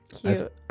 Cute